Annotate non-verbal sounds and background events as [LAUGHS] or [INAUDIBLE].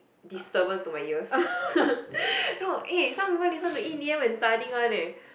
disturbance to my ears [LAUGHS] no eh some people listen to E_D_M when studying one eh